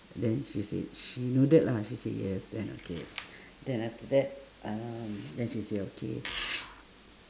then she said she nodded lah she said yes then okay then after that um then she say okay